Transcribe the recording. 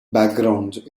backgrounds